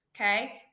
okay